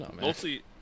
mostly